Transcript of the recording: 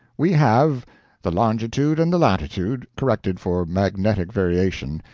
we have the longitude and the latitude, corrected for magnetic variation,